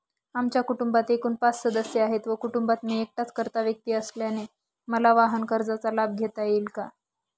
आमच्या कुटुंबात एकूण पाच सदस्य आहेत व कुटुंबात मी एकटाच कर्ता व्यक्ती असल्याने मला वाहनकर्जाचा लाभ घेता येईल का?